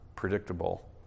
predictable